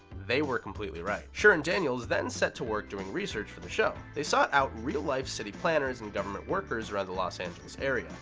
they were completely right. schur and daniels then set to work doing research for the show. they sought out real life city planners and government workers around the los angeles area,